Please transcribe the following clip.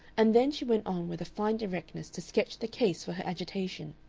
and then she went on with a fine directness to sketch the case for her agitation,